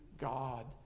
God